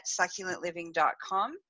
succulentliving.com